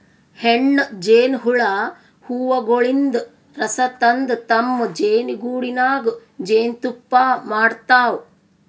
ಹೆಣ್ಣ್ ಜೇನಹುಳ ಹೂವಗೊಳಿನ್ದ್ ರಸ ತಂದ್ ತಮ್ಮ್ ಜೇನಿಗೂಡಿನಾಗ್ ಜೇನ್ತುಪ್ಪಾ ಮಾಡ್ತಾವ್